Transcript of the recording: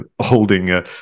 holding